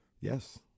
Yes